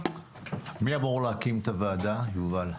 מי אמור להקים את הוועדה, יובל?